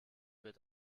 wird